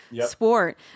sport